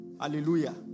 Hallelujah